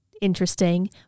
interesting